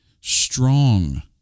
strong